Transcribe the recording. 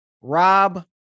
Rob